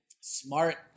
smart